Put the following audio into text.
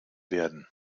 werden